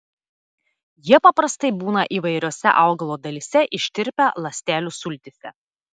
jie paprastai būna įvairiose augalo dalyse ištirpę ląstelių sultyse